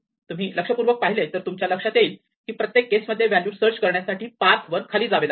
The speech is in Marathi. तुम्ही लक्षपूर्वक पाहिले तर तुमच्या लक्षात येईल की प्रत्येक केस मध्ये व्हॅल्यू सर्च करण्यासाठी पाथ वर खाली जावे लागते